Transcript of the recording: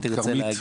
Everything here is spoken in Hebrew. תרצה להגיב.